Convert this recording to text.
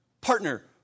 partner